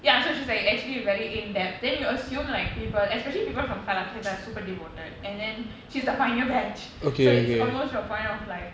ya so she's like actually very indepth then you assume like people especially people from Kalakshetra are super devoted and then she's the pioneer batch so it's almost to a point of like